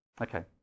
Okay